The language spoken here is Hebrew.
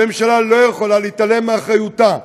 הממשלה לא יכולה להתעלם מאחריותה למשבר.